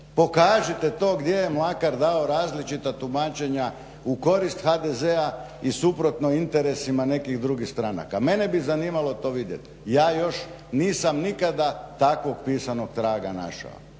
pokažite to gdje je Mlakar dao različita tumačenja u korist HDZ-a i suprotno interesima nekih drugih stranka. Mene bi zanimalo to vidjeti. Ja još nisam nikada takvog pisanog traga našao.